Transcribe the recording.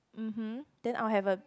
mmhmm then I will have a